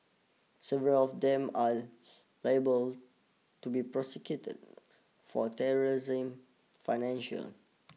several of them are liable to be prosecuted for terrorism financial